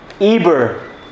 Eber